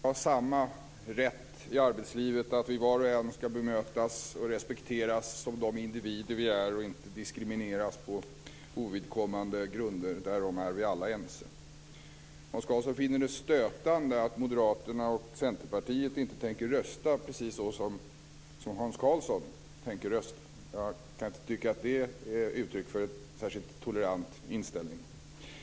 Herr talman! Att vi alla skall ha samma rätt i arbetslivet, att vi alla skall bemötas och respekteras som de individer vi är och inte diskrimineras på ovidkommande grunder - därom är vi alla ense. Hans Karlsson finner det stötande att moderaterna och Centerpartiet inte tänker rösta precis så som Hans Karlsson tänker rösta. Jag kan inte tycka att det är uttryck för en särskilt tolerant inställning.